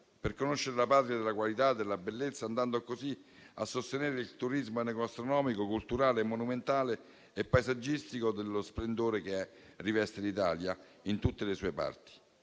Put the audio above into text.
per conoscere la patria della qualità e della bellezza, andando a sostenere così il turismo enogastronomico, culturale, monumentale e paesaggistico dello splendore che riveste l'Italia in tutte le sue parti.